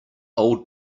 old